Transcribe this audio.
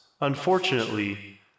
unfortunately